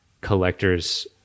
collectors